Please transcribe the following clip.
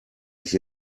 ich